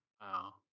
Wow